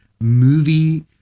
movie